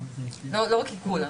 לא רק עיקול.